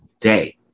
day